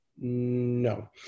no